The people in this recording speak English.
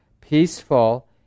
peaceful